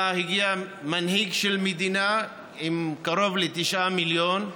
בא, הגיע מנהיג של מדינה עם קרוב לתשעה מיליון,